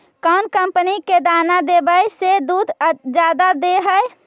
कौन कंपनी के दाना देबए से दुध जादा दे है?